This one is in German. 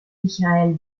michael